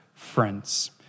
friends